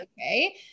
okay